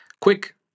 Quick